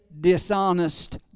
dishonest